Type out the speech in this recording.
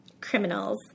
Criminals